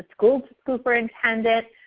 school superintendent,